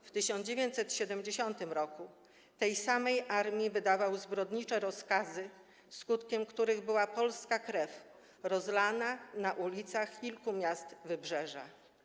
W 1970 r. tej samej armii wydawał zbrodnicze rozkazy, skutkiem których była polska krew rozlana na ulicach kilku miast Wybrzeża.